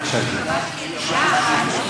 בבקשה, גברתי.